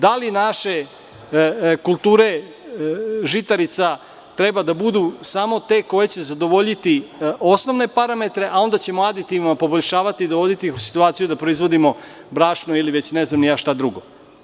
Da li naše kulture žitarica treba da budu samo te koje će zadovoljiti osnovne parametre, a onda ćemo aditivima poboljšavati i dovoditi ih u situaciju da proizvodimo brašno ili već ne znam šta već drugo?